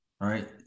right